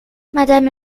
madame